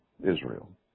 Israel